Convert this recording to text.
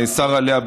נאסר עליה,